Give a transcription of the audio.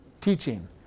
teaching